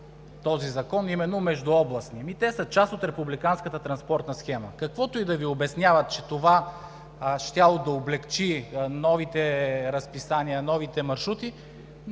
този закон, а именно междуобластни. Те са част от републиканската транспортна схема. Каквото и да Ви обясняват, че това щяло да облекчи новите разписания, новите маршрути,